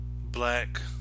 black